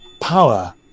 power